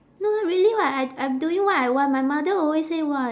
no no really [what] I I'm doing what I want my mother always say !wah!